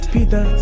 Peter